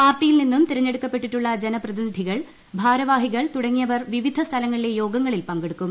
പാർട്ടിയിൽ നിന്നും തെരഞ്ഞെടുക്കപ്പെട്ടിട്ടുള്ള ജനപ്രതിനിധികൾ ഭാരവാഹികൾ തടങ്ങിയവർ വിവിധ സ്ഥലങ്ങളിലെ യോഗങ്ങളിൽ പങ്കെടുക്കും